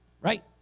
Right